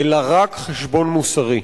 אלא רק חשבון מוסרי.